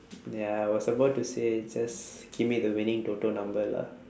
ya I was about to say just give me the winning toto number lah